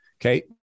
Okay